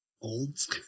Olds